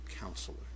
counselor